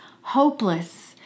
hopeless